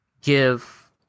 give